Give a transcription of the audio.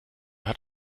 hat